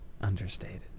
Understated